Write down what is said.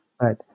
Right